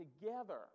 together